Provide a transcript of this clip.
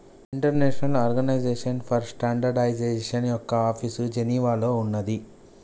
international organization for standardization యొక్క office జెనీవాలో ఉన్నాది